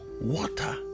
water